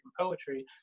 poetry